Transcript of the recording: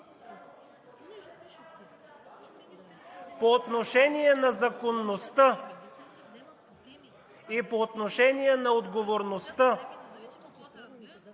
По отношение на законността и по отношение на отговорността